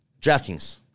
DraftKings